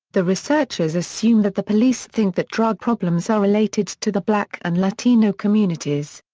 the researchers assume that the police think that drug problems are related to the black and latino communities.